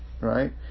right